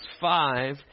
five